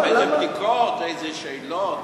איזה בדיקות, איזה שאלות.